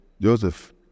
Joseph